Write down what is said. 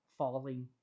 Falling